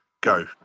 Go